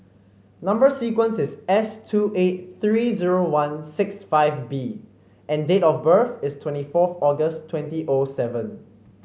number sequence is S two eight three zero one six five B and date of birth is twenty fourth August twenty O seven